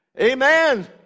Amen